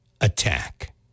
attack